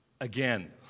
Again